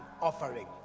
offering